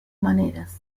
maneras